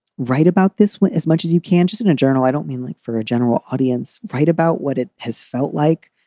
right about this as much as you can, just in a journal, i don't mean like for a general audience, right. about what it has felt like,